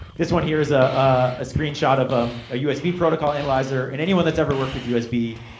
this one here is ah a screenshot of um a usb protocol analyzer. and anyone that's every worked with usb,